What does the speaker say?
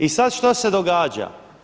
I sada što se događa?